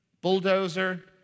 bulldozer